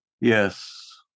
Yes